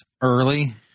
early